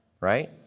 Right